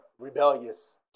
rebellious